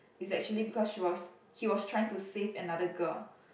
is actually because she was he was trying to save another girl